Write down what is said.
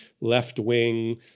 left-wing